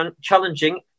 challenging